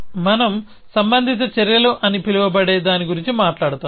మనం సంబంధిత చర్యలు అని పిలవబడే దాని గురించి మాట్లాడుతాము